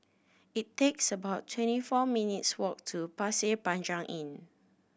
it takes about twenty four minutes walk to Pasir Panjang Inn